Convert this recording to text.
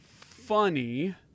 funny